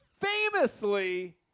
famously